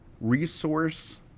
resource